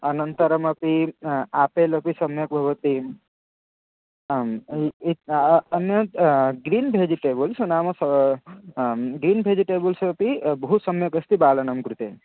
अनन्तरम् अपि आपेल् अपि सम्यक् भवति आम् अन्यत् ग्रीन् वेजिटेबल्स् नाम स् ग्रीन् वेजिटेबल्स् अपि बहु सम्यक् अस्ति बालनां कृते